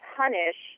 punish